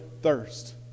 thirst